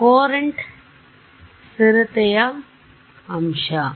Courant ಸ್ಥಿರತೆಯ ಅಂಶವು